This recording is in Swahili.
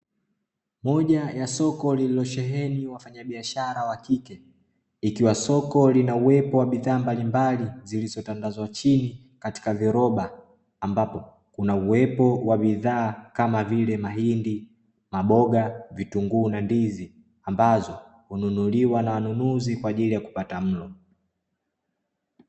Moja ya soko lililosheheni wafanya biashara wa kike, ikiwa soko lina uwepo wa bidhaa mbalimbali zilizotandazwa chini katika viroba ambapo kuna uwepo wa bidhaa kama vile mahindi, maboga, vitunguu na ndizi, ambazo hununuliwa na wanunuzi kwaajili ya kupata mlo.